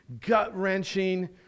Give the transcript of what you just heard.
gut-wrenching